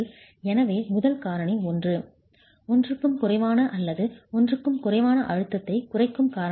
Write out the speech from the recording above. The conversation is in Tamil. எனவே முதல் காரணி 1 1 க்கும் குறைவான அல்லது 1 க்கும் குறைவான அழுத்தத்தைக் குறைக்கும் காரணியாகும்